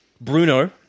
Bruno